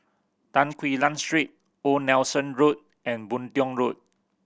Tan Quee Lan Street Old Nelson Road and Boon Tiong Road